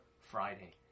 Friday